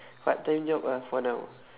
part-time job ah for now